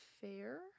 Fair